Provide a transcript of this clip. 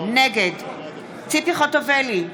נגד ציפי חוטובלי,